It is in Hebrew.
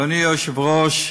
אדוני היושב-ראש,